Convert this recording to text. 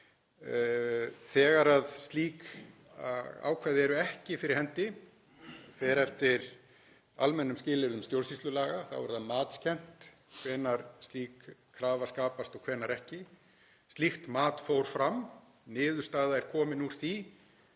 Þegar slík ákvæði eru ekki fyrir hendi fer eftir almennum skilyrðum stjórnsýslulaga. Þá er það matskennt hvenær slík krafa skapast og hvenær ekki. Slíkt mat fór fram. Niðurstaða er komin úr því.